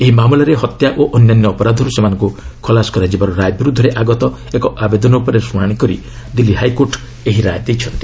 ଏହି ମାମଲାରେ ହତ୍ୟା ଓ ଅନ୍ୟାନ୍ୟ ଅପରାଧରୁ ସେମାନଙ୍କୁ ଖଲାସ କରାଯିବାର ରାୟ ବିରୁଦ୍ଧରେ ଆଗତ ଏକ ଆବେଦନ ଉପରେ ଶୁଣାଣି କରି ଦିଲ୍ଲୀ ହାଇକୋର୍ଟ ଏହି ରାୟ ଦେଇଛନ୍ତି